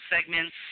segments